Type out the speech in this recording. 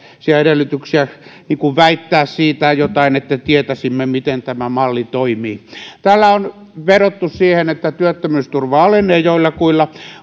edellytyksiä väittää jotain siitä että tietäisimme miten tämä malli toimii täällä on vedottu siihen että työttömyysturva alenee joillakuilla